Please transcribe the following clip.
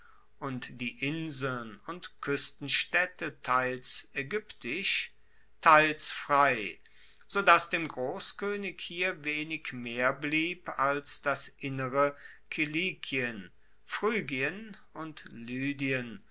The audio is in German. und die inseln und kuestenstaedte teils aegyptisch teils frei so dass dem grosskoenig hier wenig mehr blieb als das innere kilikien phrygien und lydien